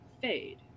fade